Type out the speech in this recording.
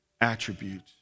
attributes